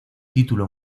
título